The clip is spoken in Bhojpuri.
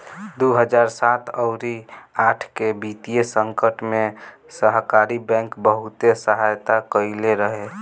दू हजार सात अउरी आठ के वित्तीय संकट में सहकारी बैंक बहुते सहायता कईले रहे